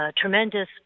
tremendous